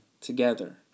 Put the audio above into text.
together